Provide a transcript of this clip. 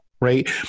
right